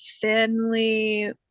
thinly